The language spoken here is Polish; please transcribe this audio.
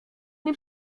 nie